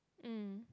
mm